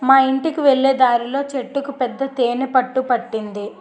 మా యింటికి వెళ్ళే దారిలో చెట్టుకు పెద్ద తేనె పట్టు పట్టింది